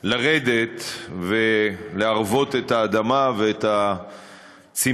סוף-סוף לרדת ולהרוות את האדמה ואת הצמחייה,